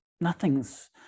nothing's